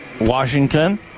Washington